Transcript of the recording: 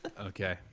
Okay